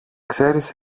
ξέρεις